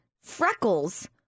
freckles